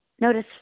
notice